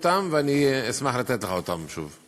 ואני אשמח לתת לך אותם שוב.